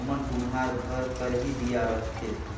ओमन कुम्हार घर कर ही दीया रहथें